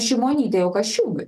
šimonytei o kasčiūnui